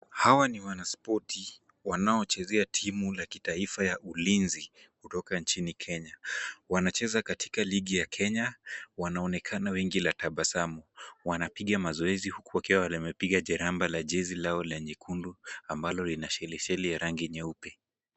Hawa ni wanaspoti wanaochezea timu la kitaifa ya Ulinzi kutoka nchini Kenya. Wanacheza katika ligi ya Kenya. Wanaonekana wengi la tabasamu. Wanapiga mazoezi huku wakiwa wamepiga jeraba la jezi lao la nyekundu ambalo lina shelisheli ya rangi nyeupe.